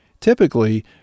Typically